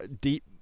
deep